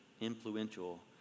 influential